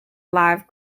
live